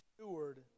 steward